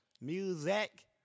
Music